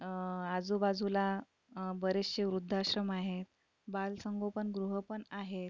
आजूबाजूला बरेचसे वृद्धाश्रम आहे बालसंगोपनगृह पण आहेत